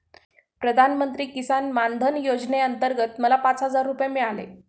प्रधानमंत्री किसान मान धन योजनेअंतर्गत मला पाच हजार रुपये मिळाले